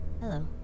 Hello